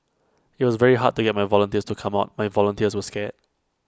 IT was very hard to get my volunteers to come out my volunteers were scared